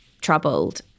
troubled